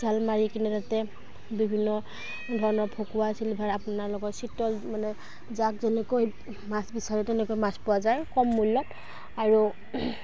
জাল মাৰি কিনে তাতে বিভিন্ন ধৰণৰ ভকুৱা শিলভাৰ আপোনালোকৰ চিতল মানে যাক যেনেকৈ মাছ বিচাৰে তেনেকৈ মাছ পোৱা যায় কম মূল্যত আৰু